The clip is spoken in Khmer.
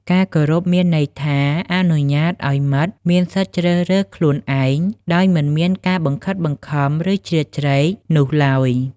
ការគោរពមានន័យថា អនុញ្ញាតិឱ្យមិត្តមានសិទ្ធជ្រើសរើសខ្លួនឯង ដោយមិនមានការបង្ខិតបង្ខំ ឬ ជ្រៀតជ្រែកនោះឡើយ។។